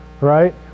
right